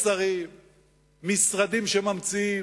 שרים ללא תיק, סגני שרים, משרדים שממציאים.